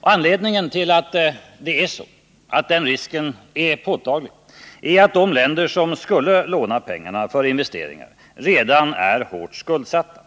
Anledningen till att den risken är påtaglig är att de länder som skulle låna pengarna för investeringar redan är hårt skuldsatta.